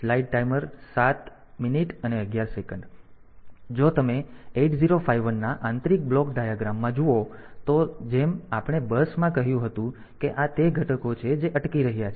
જો તમે 8051 ના આંતરિક બ્લોક ડાયાગ્રામ માં જુઓ તો જેમ આપણે બસ માં કહ્યું હતું કે આ તે ઘટકો છે જે અટકી રહ્યા છે